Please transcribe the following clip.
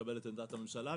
לקבל את עמדת הממשלה,